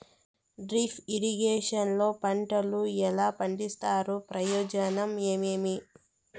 Drip irrigation లో పంటలు ఎలా పండిస్తారు ప్రయోజనం ఏమేమి?